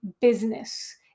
business